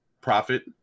profit